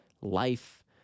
life